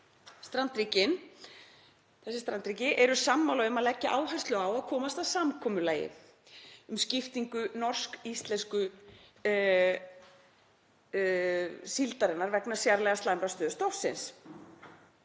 „Strandríkin“ — þessi strandríki — „eru sammála um að leggja áherslu á að komast að samkomulagi um skiptingu norsk-íslensku síldarinnar vegna sérlega slæmrar stöðu stofnsins.“